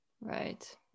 Right